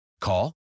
Call